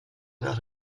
not